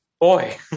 Boy